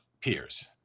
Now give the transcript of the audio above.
peers